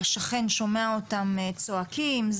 השכן שומע אותם צועקים,